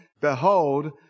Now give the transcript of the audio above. behold